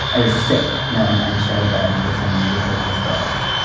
i was sick knowing i had shared a bed with someone who hurt these girls.